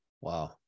Wow